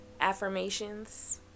Affirmations